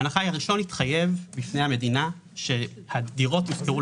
ההנחה היא שהראשון התחייב בפני המדינה שהדירות יושכרו